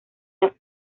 las